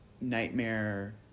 nightmare